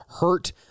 hurt